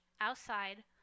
outside